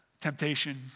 Temptation